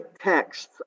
texts